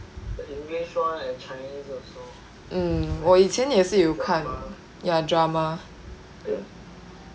mm 我以前也是有看 ya drama